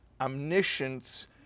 omniscience